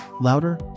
Louder